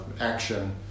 action